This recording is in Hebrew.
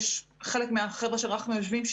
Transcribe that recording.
חלק מהחבר'ה של רח'מה יושבים.